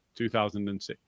2006